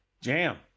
Jam